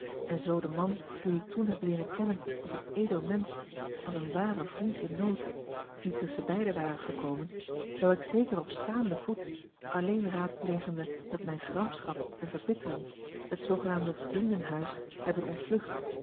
en zoo de man dien ik toen heb leeren kennen als een edel mensch als een ware vriend in nood niet tusschenbeiden ware gekomen zou ik zeker op staanden voet alleen raadplegende met mijne gramschap en verbittering het zoogenaamde vriendenhuis hebben ontvlucht